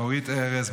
לאורית ארז,